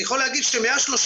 אני יכול להגיד ש-134,